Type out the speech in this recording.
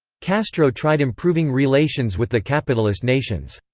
castro tried improving relations with the capitalist nations.